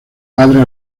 padre